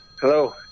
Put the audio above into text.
Hello